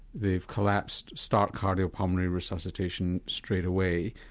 they've collapsed, start cardiopulmonary resuscitation straight away,